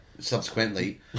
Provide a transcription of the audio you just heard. Subsequently